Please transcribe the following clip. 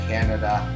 Canada